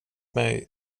mig